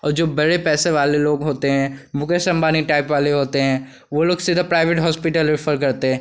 और जो बड़े पैसे वाले लोग होते हैं मुकेश अम्बानी टाइप वाले होते हैं वे लोग सीधा प्राइवेट होस्पिटल रेफर करते हैं